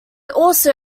also